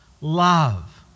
love